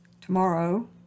tomorrow